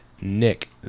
Nick